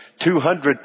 200